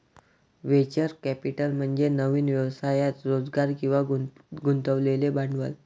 venture capital म्हणजे नवीन व्यवसायात रोजगार किंवा गुंतवलेले भांडवल